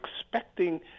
expecting